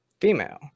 female